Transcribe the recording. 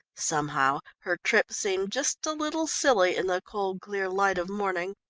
somehow her trip seemed just a little silly in the cold clear light of morning.